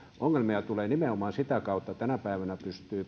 ongelmia tulee nimenomaan sitä kautta tänä päivänä pystyy